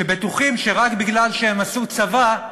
שבטוחים שרק מפני שהם עשו צבא,